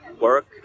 work